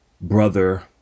brother